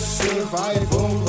survival